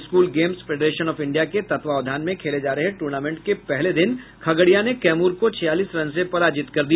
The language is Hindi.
school games federation of India के तत्वावधान में खेल जा रहे टूर्नामेंट के पहले दिन खगड़िया ने कैमूर को छियालीस रन से पराजित कर दिया